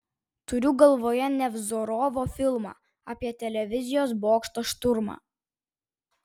turiu galvoje nevzorovo filmą apie televizijos bokšto šturmą